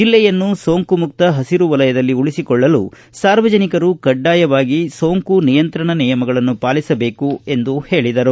ಜಿಲ್ಲೆಯನ್ನು ಸೋಂಕು ಮುಕ್ತ ಪಸಿರು ವಲಯದಲ್ಲಿ ಉಳಿಸಿಕೊಳ್ಳಲು ಸಾರ್ವಜನಿಕರು ಕಡ್ಡಾಯವಾಗಿ ಸೋಂಕು ನಿಯಂತ್ರಣ ನಿಯಮಗಳನ್ನು ಪಾಲಿಸಬೇಕು ಎಂದು ಹೇಳಿದರು